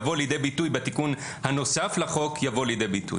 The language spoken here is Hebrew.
שנותן הקלות נוספות לילדים.